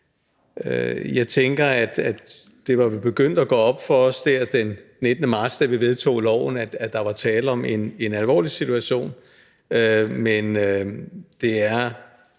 Jeg tænker, at det vel var begyndt at gå op for os der den 19. marts, da vi vedtog loven, at der var tale om en alvorlig situation, men det er